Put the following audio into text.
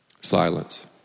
Silence